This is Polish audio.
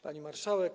Pani Marszałek!